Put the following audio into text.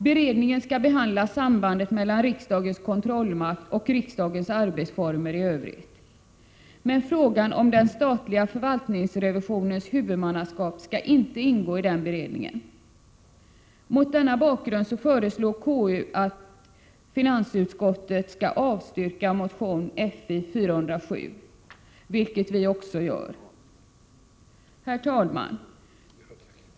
Beredningen skall behandla sambandet mellan riksdagens kontrollmakt och riksdagens arbetsformer i övrigt, men frågan om den statliga förvaltningsrevisionens huvudmannaskap skall inte ingå i beredningen. Mot denna bakgrund föreslår konstitutionsutskottet att finansutskottet 143 skall avstyrka motion Fi407, vilket vi också gör. Herr talman!